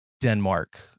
Denmark